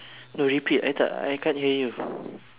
no repeat I tak I can't hear you